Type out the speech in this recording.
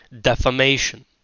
Defamation